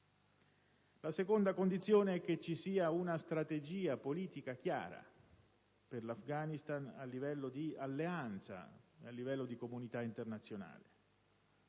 La seconda condizione è che ci sia una strategia politica chiara per l'Afghanistan a livello di alleanza e di comunità internazionale.